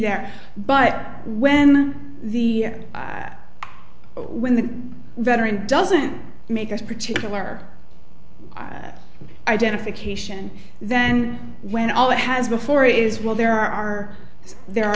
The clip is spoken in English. there but when the when the veteran doesn't make this particular identification then when all that has before is will there are there